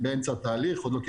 הממשלה